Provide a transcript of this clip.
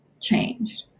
changed